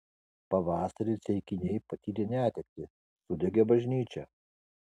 pavasarį ceikiniai patyrė netektį sudegė bažnyčia